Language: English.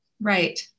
Right